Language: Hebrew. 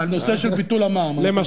על הנושא של ביטול המע"מ אנחנו מדברים, נכון?